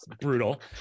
brutal